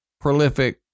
prolific